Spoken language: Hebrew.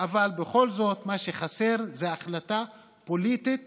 אבל בכל זאת מה שחסר זו החלטה פוליטית